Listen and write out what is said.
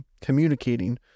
communicating